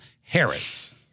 Harris